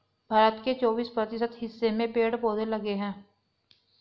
भारत के चौबिस प्रतिशत हिस्से में पेड़ पौधे लगे हैं